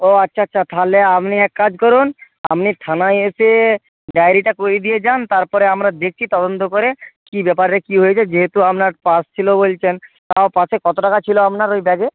ও আচ্ছা আচ্ছা তাহলে আপনি এক কাজ করুন আপনি থানায় এসে ডায়রিটা করিয়ে দিয়ে যান তারপরে আমরা দেখছি তদন্ত করে কী ব্যাপারে কী হয়েছে যেহেতু আপনার পার্স ছিল বলছেন তাও পার্সে কত টাকা ছিল আপনার ওই ব্যাগে